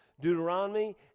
Deuteronomy